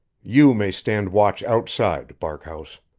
you may stand watch outside, barkhouse.